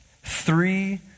three